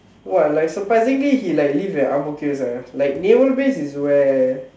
!wah! like surprisingly he like live at Ang-Mo-Kio sia like naval base is where